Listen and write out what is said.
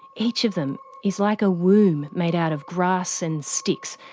each of them is like a womb made out of grass and sticks,